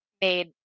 made